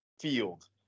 field